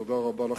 תודה רבה לכם.